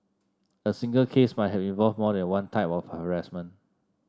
a single case might have involved more than one type of harassment